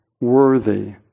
worthy